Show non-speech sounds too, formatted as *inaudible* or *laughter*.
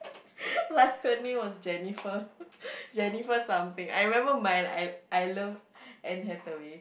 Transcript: *laughs* plus her name was Jennifer *laughs* Jennifer something I remember mine I I love Anne-Hathaway